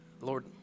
Lord